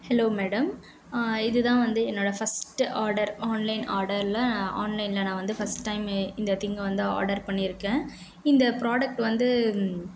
hello madam இது தான் வந்து என்னோட ஃபர்ஸ்ட்டு ஆர்டர் ஆன்லைன் ஆர்டரில் ஆன்லைனில் நான் வந்து ஃபர்ஸ்ட் டைம் இந்த திங்கை வந்து ஆர்டர் பண்ணியிருக்கேன் இந்த ப்ரோடக்ட் வந்து